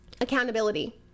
accountability